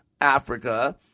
Africa